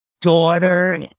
daughter